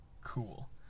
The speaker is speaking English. cool